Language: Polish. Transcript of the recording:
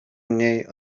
mniej